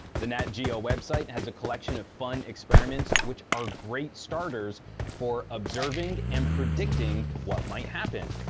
the natgeo website has a collection of fun experiments which are great starters for observing and predicting what might happen.